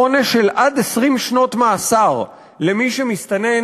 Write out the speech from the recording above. עונש של עד 20 שנות מאסר למי שמסתנן